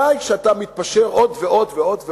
מתי כשאתה מתפשר עוד ועוד ועוד ועוד,